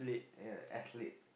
ya athletic